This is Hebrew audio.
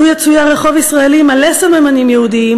לו יצויר רחוב ישראלי מלא סממנים יהודיים,